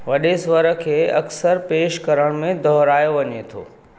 वॾे स्वर खे अक्सरु पेशि करण में दोहरायो वञे थो